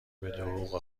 بهدروغ